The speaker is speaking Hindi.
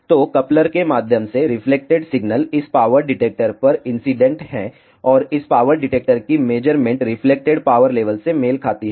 तो कपलर के माध्यम से रिफ्लेक्टेड सिग्नल इस पावर डिटेक्टर पर इंसीडेंट है और इस पावर डिटेक्टर की मेज़रमेंट रिफ्लेक्टेड पावर लेवल से मेल खाती है